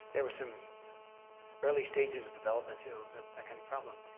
there were some early stages of development, you know that kind of problem.